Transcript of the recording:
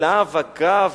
שעליו, אגב,